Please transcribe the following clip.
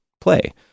play